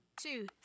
two